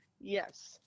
Yes